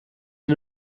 hin